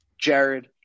Jared